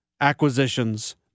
acquisitions